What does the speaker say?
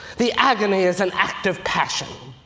the agony as an act of passion.